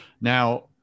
Now